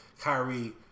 Kyrie